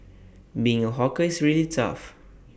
being A hawker is really tough